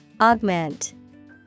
Augment